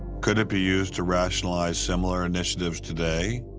could it be used to rationalize similar initiatives today?